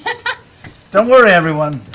don't worry, everyone!